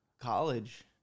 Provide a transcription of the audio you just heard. College